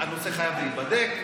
הנושא חייב להיבדק,